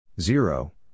zero